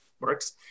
works